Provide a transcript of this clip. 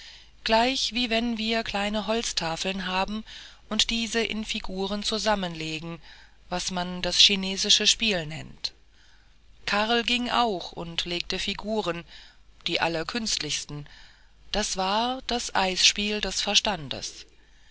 gleich wie wenn wir kleine holztafeln haben und diese in figuren zusammenlegen was man das chinesische spiel nennt karl ging auch und legte figuren die allerkünstlichsten das war das eisspiel des verstandes